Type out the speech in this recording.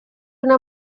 una